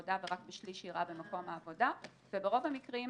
העבודה ורק בשליש היא אירעה במקום העבודה וברוב המקרים